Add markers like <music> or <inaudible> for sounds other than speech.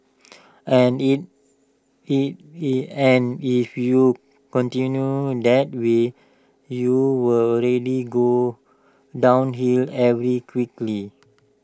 and if if <unintelligible> and if you continue that way you will really go downhill every quickly